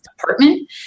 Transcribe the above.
department